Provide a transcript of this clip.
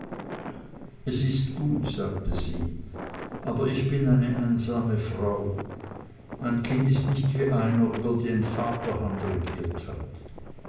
er ist gut sagte sie aber ich bin eine einsame frau mein kind ist nicht wie einer über den vaterhand regiert hat